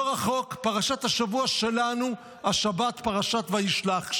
לא רחוק, פרשת השבוע שלנו השבת: פרשת וישלח.